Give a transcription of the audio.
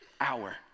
hour